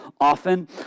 Often